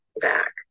back